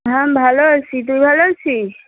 হ্যাঁ আমি ভালো আছি তুই ভালো আছিস